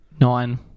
Nine